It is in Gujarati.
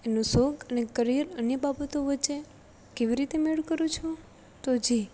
એનો શોખ અને કરિયર અન્ય બાબતો વચ્ચે કેવી રીતે મેળ કરૂ છું તો જે